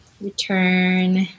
return